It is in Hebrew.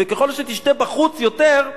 וככל שתשתה בחוץ יותר,